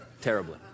Terribly